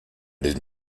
diesem